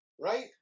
Right